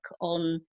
on